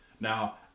Now